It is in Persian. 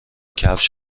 کفش